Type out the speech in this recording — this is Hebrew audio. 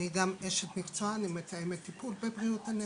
אני גם אשת מקצוע, אני מתאמת טיפול בבריאות הנפש.